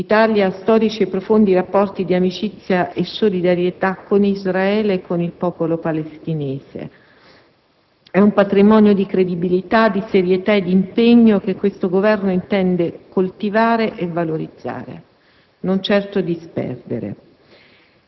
L'Italia ha storici e profondi rapporti di amicizia e solidarietà con Israele e con il popolo palestinese. E' un patrimonio di credibilità, di serietà e di impegno che questo Governo intende coltivare e valorizzare, non certo disperdere.